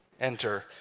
Enter